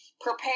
Prepare